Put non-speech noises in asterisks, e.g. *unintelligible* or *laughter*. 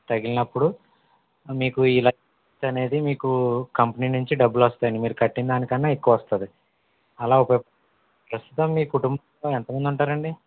తగిలినప్పుడు మీకు ఈ *unintelligible* అనేది మీకు కంపెనీ నుంచి డబ్బులు వస్తాయి అండి మీరు కట్టిన దాని కన్నా ఎక్కువ వస్తుంది అలా *unintelligible* ప్రస్తుతం మీ కుటుంబంలో ఎంత మంది ఉంటారండి